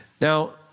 Now